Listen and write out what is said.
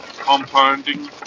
Compounding